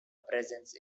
presence